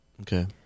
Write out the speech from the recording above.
Okay